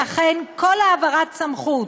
לכן, כל העברת סמכות